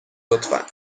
لطفا